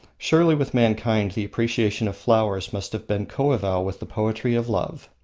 surely with mankind the appreciation of flowers must have been coeval with the poetry of love.